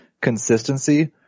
consistency